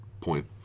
point